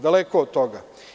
Daleko od toga.